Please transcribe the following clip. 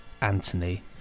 Anthony